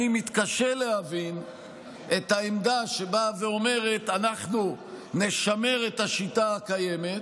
אני מתקשה להבין את העמדה שבאה ואומרת: אנחנו נשמר את השיטה הקיימת,